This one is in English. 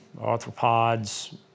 arthropods